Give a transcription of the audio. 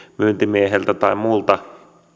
myyntimieheltä tai muulta